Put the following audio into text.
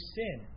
sin